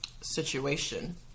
situation